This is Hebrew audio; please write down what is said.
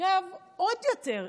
עכשיו עוד יותר,